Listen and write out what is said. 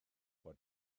bod